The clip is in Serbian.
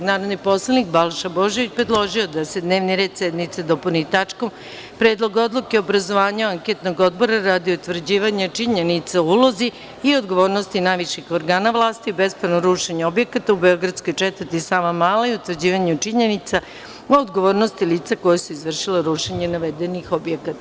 Narodni poslanik Balša Božović predložio je da se dnevni red sednice dopuni tačkom – Predlog odluke o obrazovanju anketnog odbora radi utvrđivanja činjenica o ulozi i odgovornosti najviših organa vlasti u bespravnom rušenju objekata u beogradskoj četvrti Savamala i utvrđivanju činjenica o odgovornosti lica koja su izvršila rušenje navedenih objekata.